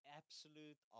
absolute